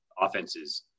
offenses